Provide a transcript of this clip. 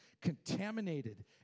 contaminated